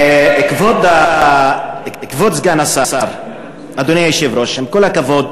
כבוד סגן השר, אדוני היושב-ראש, עם כל הכבוד,